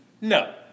No